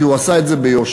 כי הוא עשה את זה ביושר.